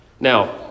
now